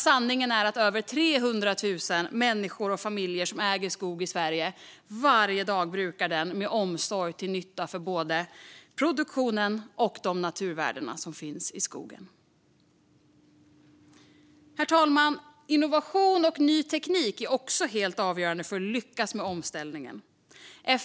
Sanningen är att över 300 000 människor och familjer som äger skog i Sverige varje dag brukar den med omsorg, till nytta för både produktionen och de naturvärden som finns i skogen. Herr talman! Innovation och ny teknik är också helt avgörande för att lyckas med omställningen.